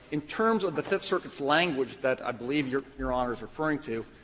in terms of the fifth circuit's language that i believe your your honor's referring to,